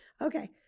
Okay